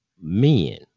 men